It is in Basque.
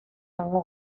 jango